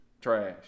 trash